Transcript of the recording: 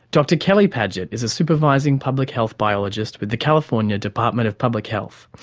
dr kerry padgett is a supervising public health biologist with the california department of public health,